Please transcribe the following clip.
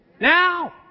Now